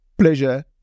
pleasure